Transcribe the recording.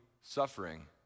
suffering